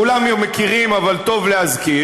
כולם מכירים, אבל טוב להזכיר: